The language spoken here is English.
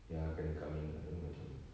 yang akan kami you know macam